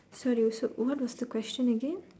so do you also what was the question again